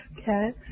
Okay